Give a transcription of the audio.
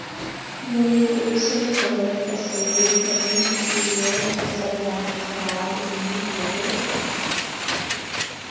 मुई कुंसम करे तसल्ली करूम की मोर फसल ला खराब नी होबे?